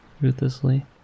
ruthlessly